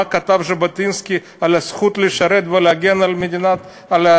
מה כתב ז'בוטינסקי על הזכות לשרת ולהגן על ארץ-ישראל,